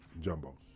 Jumbo